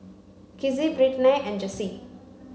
Kizzie Brittnay and Jessye